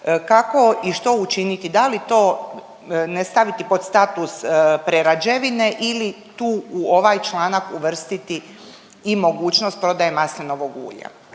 Kako i što učiniti? Da li to ne staviti pod status prerađevine ili tu u ovaj članak uvrstiti i mogućnost prodaje maslinovog ulja?